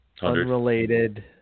unrelated